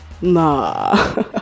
nah